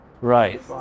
Right